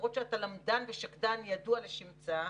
למרות שאתה למדן ושקדן ידוע לשמצה,